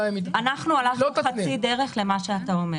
אנחנו הלכנו חצי דרך אל מה שאתה אומר.